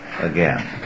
again